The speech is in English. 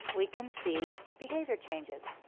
we can see behavior changes.